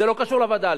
זה לא קשור לווד"לים,